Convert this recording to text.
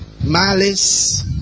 malice